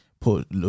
put